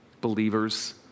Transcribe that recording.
believers